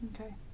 Okay